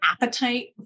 appetite